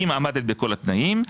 אם עמדת בכל התנאים,